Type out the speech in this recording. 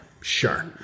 sure